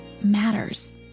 matters